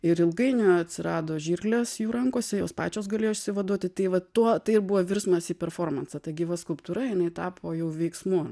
ir ilgainiui atsirado žirklės jų rankose jos pačios galėjo išsivaduoti tai va tuo tai ir buvo virsmas į performansą ta gyva skulptūra jinai tapo jau veiksmu